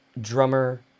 drummer